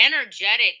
energetic